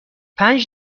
پنج